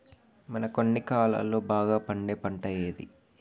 మనకు అన్ని కాలాల్లో బాగా పండే పంట ఏది?